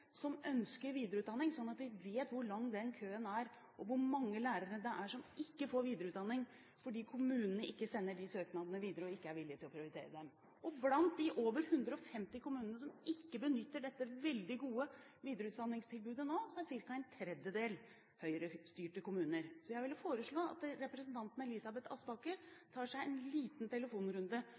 som ønsker videreutdanning, sånn at vi vet hvor lang køen er og hvor mange lærere det er som ikke får videreutdanning fordi kommunene ikke sender disse søknadene videre og ikke er villig til å prioritere dem. Av de over 150 kommunene som ikke benytter seg av dette veldig gode videreutdanningstilbudet nå, er ca. en tredjedel Høyre-styrte. Jeg vil foreslå at representanten Elisabeth Aspaker tar en liten telefonrunde